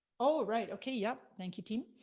oh, right, okay, yup, thank you team.